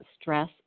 stress